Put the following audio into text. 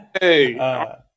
hey